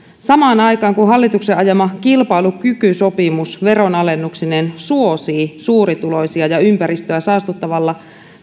samaan aikaan kun hallituksen ajama kilpailukykysopimus veronalennuksineen suosii suurituloisia ja ympäristöä saastuttavalle